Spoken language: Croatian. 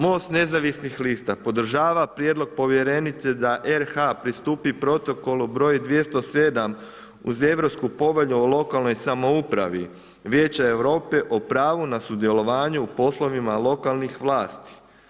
Most nezavisnih lista, podržava prijedlog povjerenice da RH pristupi protokolu br. 207 uz Europsku povelju o lokalnoj samoupravi Vijeća Europe o pravo na sudjelovanju o poslovima lokalne vlasti.